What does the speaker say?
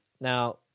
Now